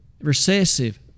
Recessive